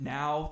now